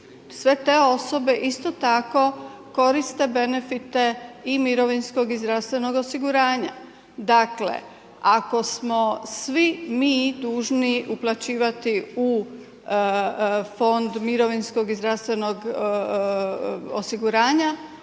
sve te osobe isto tako koriste benefite i mirovinskog i zdravstvenog osiguranja. Dakle ako smo svi mi dužni uplaćivati u Fond mirovinskog i zdravstvenog osiguranja